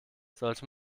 sollte